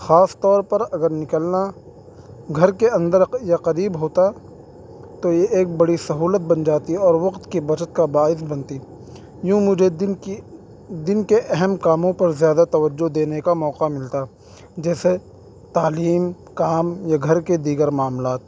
خاص طور پر اگر نکلنا گھر کے اندر یا قریب ہوتا تو یہ ایک بڑی سہولت بن جاتی اور وقت کی بچت کا باعث بنتی یوں مجھے دن کی دن کے اہم کاموں پر زیادہ توجہ دینے کا موقع ملتا جیسے تعلیم کام یا گھر کے دیگر معاملات